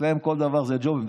אצלם כל דבר זה ג'ובים.